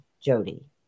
Jody